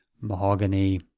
mahogany